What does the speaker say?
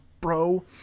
bro